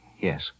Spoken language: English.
Yes